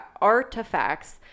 artifacts